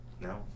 No